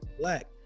black